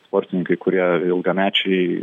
sportininkai kurie ilgamečiai